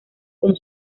con